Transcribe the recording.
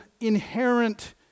inherent